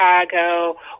Chicago